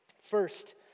First